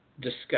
discuss